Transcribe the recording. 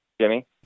Jimmy